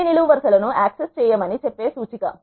అన్ని నిలువు వరుస లను యాక్సెస్ చేయమని చెప్పే సూచిక